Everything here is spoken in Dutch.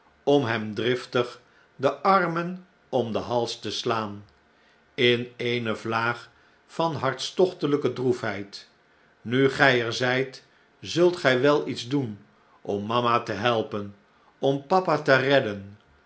om hem driftig de armen om den hals te slaan in eene vlaag van hartstochtelpe droefheid nu gij er zijt zult gij wel iets doen om mama tehelpen om papa te redden